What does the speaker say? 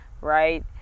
right